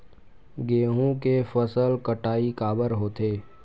गेहूं के फसल कटाई काबर होथे?